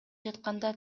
жатканда